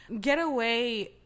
Getaway